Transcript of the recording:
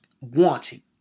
wanting